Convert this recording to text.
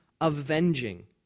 avenging